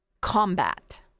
combat